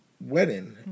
wedding